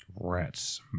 Rats